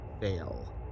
fail